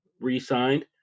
re-signed